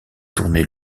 tournez